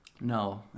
No